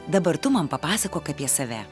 dabar tu man papasakok apie save